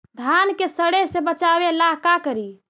धान के सड़े से बचाबे ला का करि?